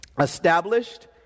established